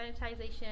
sanitization